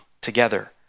together